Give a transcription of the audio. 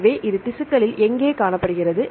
எனவே இது திசுக்களில் எங்கே காணப்படுகிறது